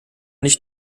nicht